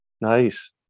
Nice